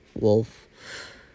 wolf